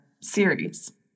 series